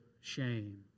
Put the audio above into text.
shame